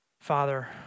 Father